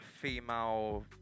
female